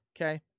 okay